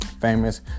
famous